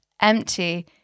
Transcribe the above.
empty